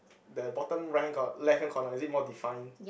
the bottom rank got left hand corner is it more define